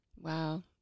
Wow